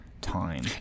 time